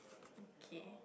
okay